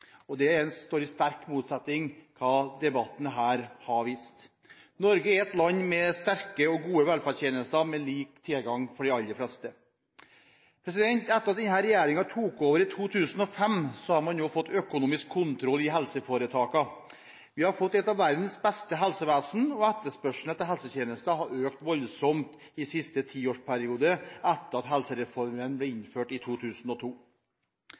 å bo i. Det står i sterk motsetning til hva debatten her har vist. Norge er et land med sterke og gode velferdstjenester, med lik tilgang for de aller fleste. Etter at denne regjeringen tok over i 2005, har man nå fått økonomisk kontroll i helseforetakene. Vi har fått et helsevesen som er et av verdens beste, og etterspørselen etter helsetjenester har økt voldsomt i siste tiårsperiode, etter at helsereformen ble innført i 2002.